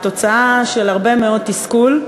היא תוצאה של הרבה מאוד תסכול,